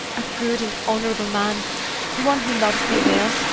a good and honorable man one who loves me well,